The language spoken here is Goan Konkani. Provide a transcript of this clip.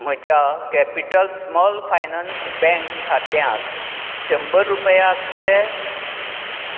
म्हज्या कॅपिटल स्मॉल फायनान्स बँक खात्यांत शंबर रुपया आसतले